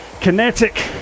kinetic